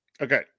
Okay